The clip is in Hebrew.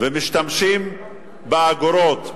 ומשתמשים באגורות,